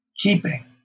keeping